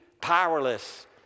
powerless